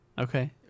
Okay